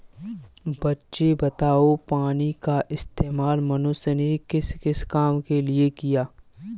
बच्चे बताओ पानी का इस्तेमाल मनुष्य ने किस किस काम के लिए किया?